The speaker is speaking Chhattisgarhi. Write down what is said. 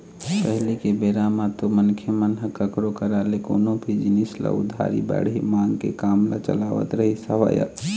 पहिली के बेरा म तो मनखे मन ह कखरो करा ले कोनो भी जिनिस ल उधारी बाड़ही मांग के काम ल चलावत रहिस हवय